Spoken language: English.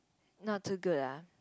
not too good ah